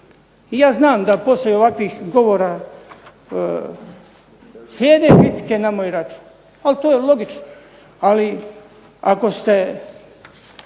I ja znam da poslije ovakvih govora slijede kritike na moj račun. Ali to je logično. Ali ako ste